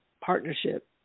partnership